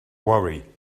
worry